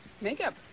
Makeup